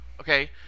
okay